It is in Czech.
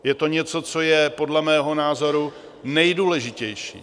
Je to něco, co je podle mého názoru nejdůležitější.